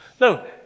No